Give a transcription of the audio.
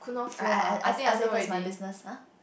I I I I I say first my business [huh]